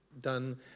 done